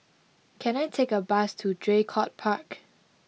can I take a bus to Draycott Park